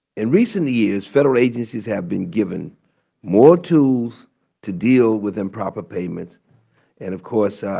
in recent years, federal agencies have been given more tools to deal with improper payments and, of course,